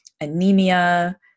anemia